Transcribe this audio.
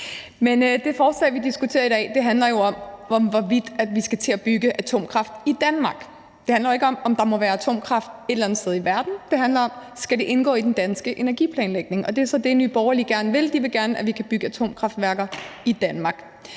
Tak. Det forslag, vi diskuterer i dag, handler om, hvorvidt vi skal til at bygge atomkraft i Danmark. Det handler jo ikke om, om der må være atomkraft et eller andet andet sted i verden. Det handler om, om det skal indgå i den danske energiplanlægning, og det er så det, Nye Borgerlige gerne vil. De vil gerne, at vi kan bygge atomkraftværker i Danmark,